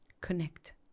connect